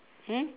hmm